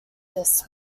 this